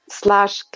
slash